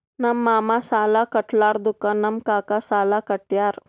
ನಮ್ ಮಾಮಾ ಸಾಲಾ ಕಟ್ಲಾರ್ದುಕ್ ನಮ್ ಕಾಕಾ ಸಾಲಾ ಕಟ್ಯಾರ್